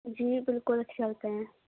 جی بالکل اچھے لگتے ہیں